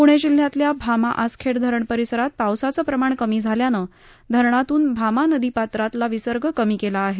प्णे जिल्ह्यातल्या भामा आसखेड धरण परिसरात पावसाचं प्रमाण कमी झाल्यानं धरणातून भामा नदीपात्रतला विसर्ग कमी केला आहे